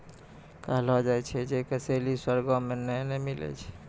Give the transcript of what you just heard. कहलो जाय छै जे कसैली स्वर्गो मे नै मिलै छै